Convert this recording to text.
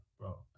bro